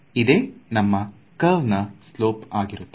ಇದೆ ನಮ್ಮ ಕರ್ವ್ ನಾ ಸ್ಲೋಪ್ ಆಗಿರುತ್ತದೆ